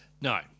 No